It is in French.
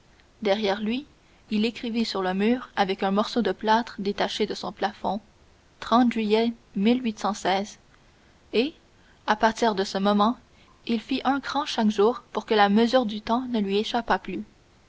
derrière lui il écrivit sur le mur avec un morceau de plâtre détaché de son plafond et à partir de ce moment il fit un cran chaque jour pour que la mesure du temps ne lui échappât plus